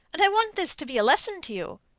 and i want this to be a lesson to you,